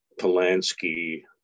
Polanski